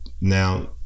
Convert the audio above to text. now